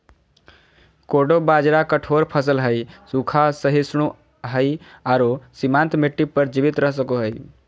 कोडो बाजरा कठोर फसल हइ, सूखा, सहिष्णु हइ आरो सीमांत मिट्टी पर जीवित रह सको हइ